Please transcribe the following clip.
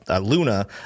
luna